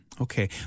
Okay